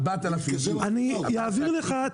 4,000 --- אני אעביר לך,